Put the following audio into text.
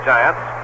Giants